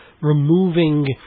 removing